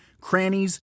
crannies